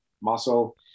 muscle